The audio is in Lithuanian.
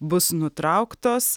bus nutrauktos